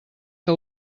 que